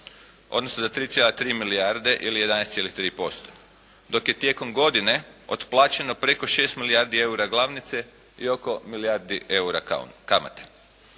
odnosno za 3,3 milijarde ili 11,3% dok je tijekom godine otplaćeno preko 6 milijardi eura glavnice i oko milijardu eura kamate.